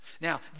Now